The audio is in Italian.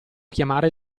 chiamare